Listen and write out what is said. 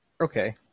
okay